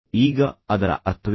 ಈಗ ಅದರ ಅರ್ಥವೇನು